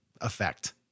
effect